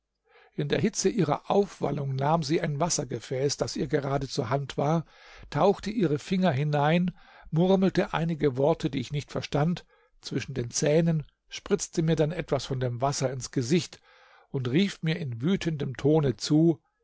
in der hitze ihrer aufwallung nahm sie ein wassergefäß das ihr gerade zur hand war tauchte ihre finger hinein murmelte einige worte die ich nicht verstand zwischen den zähnen spritzte mir dann etwas von dem wasser ins gesicht und rief mir in wütendem tone zu